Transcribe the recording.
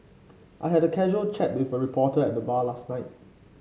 I had a casual chat with a reporter at the bar last night